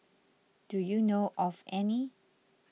do you know of any